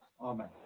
amen